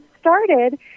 started